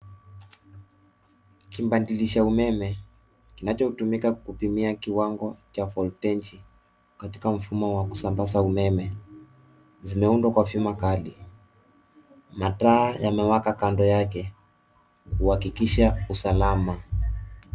Kibadilisha umeme kinachotumika kupimia kiwango cha volteji katika mfumo wa kusambaza umeme. Zimeundwa kwa vyuma kali. Mataa yamewaka kando yake kuhakikisha usalama.